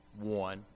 one